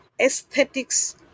aesthetics